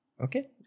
Okay